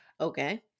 Okay